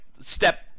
step